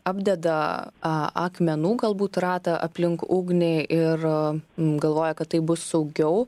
apdeda akmenų galbūt ratą aplink ugnį ir galvoja kad taip bus saugiau